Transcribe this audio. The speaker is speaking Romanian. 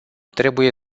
trebuie